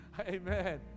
Amen